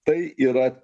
tai yra